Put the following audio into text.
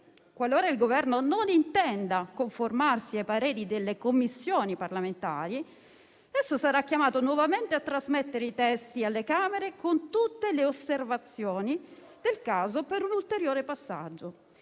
qualora il Governo non intenda conformarsi ai pareri delle Commissioni parlamentari, sarà chiamato nuovamente a trasmettere i testi alle Camere con tutte le osservazioni del caso, per un ulteriore passaggio.